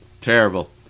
terrible